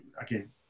again